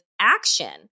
action